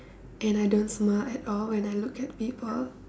and I don't smile at all when I look at people